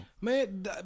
Man